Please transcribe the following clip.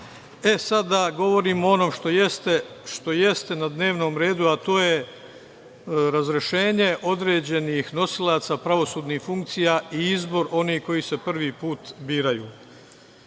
da govorim ono što jeste na dnevnom redu, a to je razrešenje određenih nosilaca pravosudnih funkcija i izbor onih koji se prvi put biraju. Mi